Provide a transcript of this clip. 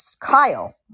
kyle